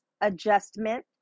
adjustment